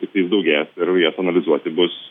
tiktais daugės ir jas analizuoti bus